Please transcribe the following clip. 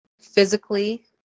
physically